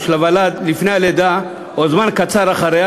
לפני הלידה או זמן קצר אחריה,